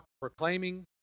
proclaiming